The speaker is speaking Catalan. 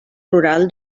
rural